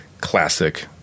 classic